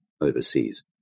overseas